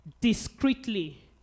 discreetly